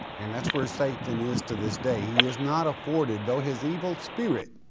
and that's where satan is to this day, he is not afforded, though his evil spirit